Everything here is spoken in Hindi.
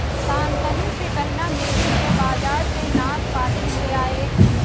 शांतनु से कहना मेरे लिए बाजार से नाशपाती ले आए